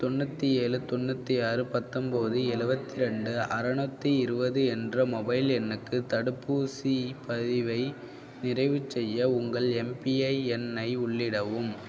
தொண்ணூற்றி ஏழு தொண்ணூற்றி ஆறு பத்தொம்பது எழுபத்தி ரெண்டு அறநூற்றி இருபது என்ற மொபைல் எண்ணுக்கு தடுப்பூசிப் பதிவை நிறைவு செய்ய உங்கள் எம்பிஐ எண்ணை உள்ளிடவும்